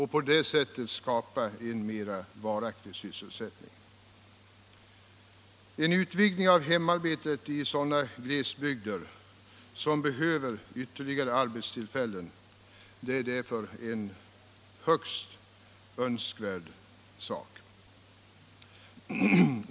Då skapas en mer varaktig sysselsättning. En utvidgning av hemarbetet i sådana glesbygder som behöver ytterligare arbetstillfällen är därför högst önskvärd.